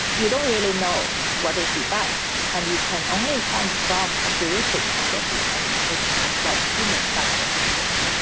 you don't really know what is the best and you can only come from a heuristic point of view and it's just like human factor in this.